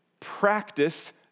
Practice